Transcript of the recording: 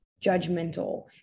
judgmental